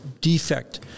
defect